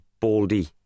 Baldy